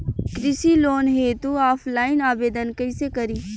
कृषि लोन हेतू ऑफलाइन आवेदन कइसे करि?